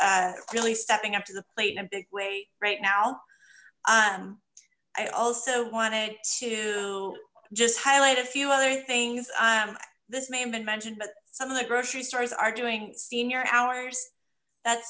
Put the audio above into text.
that's really stepping up to the plate in a big way right now i also wanted to just highlight a few other things this may have been mentioned but some of the grocery stores are doing senior hours that's